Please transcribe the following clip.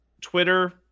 Twitter